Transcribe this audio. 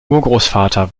urgroßvater